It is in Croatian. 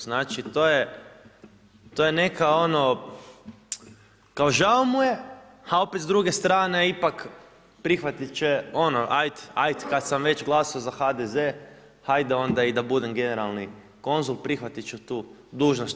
Znači to je neka ono, kao žao mu je a opet s druge strane, ipak, prihvatiti će, ono ajd ajd, kad sam već glasao za HDZ, ajde onda da budem generalni konzul, prihvatiti ću tu dužnost.